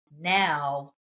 now